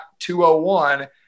201